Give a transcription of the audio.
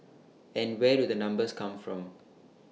and where do the numbers come from